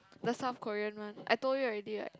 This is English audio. the South Korean one I told you already right